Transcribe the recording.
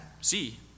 See